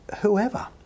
whoever